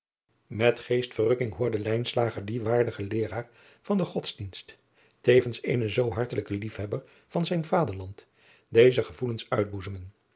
et geestverrukking hoorde dien waardigen eeraar van den odsdienst tevens eenen zoo hartelijken liefhebber van zijn vaderland deze gevoelens uitboezemen